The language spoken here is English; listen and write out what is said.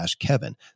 kevin